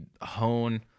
hone